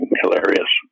hilarious